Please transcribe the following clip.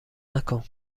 نکن